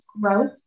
growth